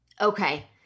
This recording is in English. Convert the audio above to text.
Okay